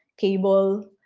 cable,